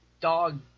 dog